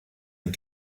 and